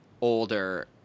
older